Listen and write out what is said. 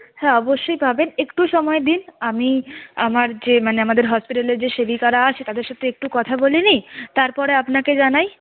হ্যাঁ অবশ্যই পাবেন একটু সময় দিন আমি আমার যে মানে আমাদের হসপিটালের যে সেবিকারা আছে তাদের সাথে একটু কথা বলে নিই তারপরে আপনাকে জানাই